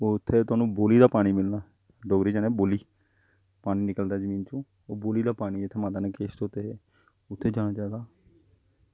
उत्थें थुआनूं बौली दा पानी मिलना डोगरी च बोलदे बौली पानी निकलदा जमीन चूं ओह् बौली जा पानी जित्थें माता ने बाल धोते हे उत्थें जाना चाहिदा